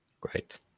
Great